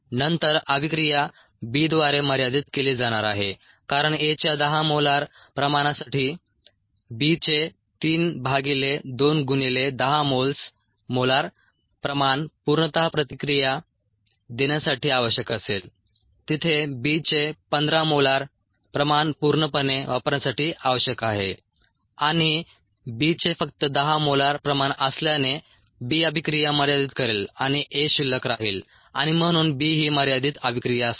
नंतर अभिक्रिया B द्वारे मर्यादित केली जाणार आहे कारण A च्या 10 मोलार प्रमाणासाठी B चे 3 भागिले 2 गुणिले 10 मोल्स मोलार प्रमाण पूर्णतः प्रतिक्रिया देण्यासाठी आवश्यक असेल तिथे B चे 15 मोलार प्रमाण पूर्णपणे वापरण्यासाठी आवश्यक आहे आणि B चे फक्त 10 मोलार प्रमाण असल्याने B अभिक्रिया मर्यादित करेल आणि A शिल्लक राहील आणि म्हणून B ही मर्यादित अभिक्रिया असेल